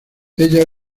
ella